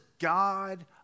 God